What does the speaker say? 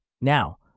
Now